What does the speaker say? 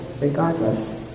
regardless